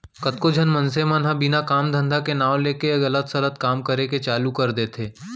कतको झन मनसे मन ह बिना काम धंधा के नांव लेके गलत सलत काम करे के चालू कर देथे